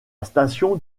station